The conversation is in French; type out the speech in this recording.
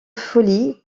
folie